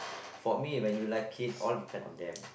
for me when you like it all depend on them